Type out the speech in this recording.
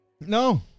no